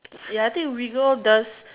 ya I think we go does